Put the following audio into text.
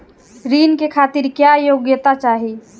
ऋण के खातिर क्या योग्यता चाहीं?